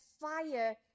fire